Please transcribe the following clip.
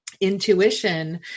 intuition